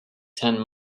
ten